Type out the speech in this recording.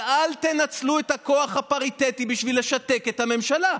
אבל אל תנצלו את הכוח הפריטטי בשביל לשתק את הממשלה.